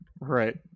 Right